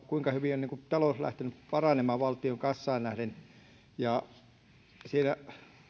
kuinka hyvin talous on lähtenyt paranemaan valtion kassaan nähden